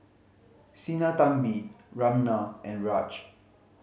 Sinnathamby Ramnath and Raj